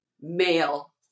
male